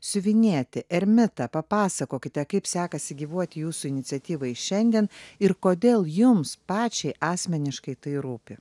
siuvinėti ermita papasakokite kaip sekasi gyvuoti jūsų iniciatyvai šiandien ir kodėl jums pačiai asmeniškai tai rūpi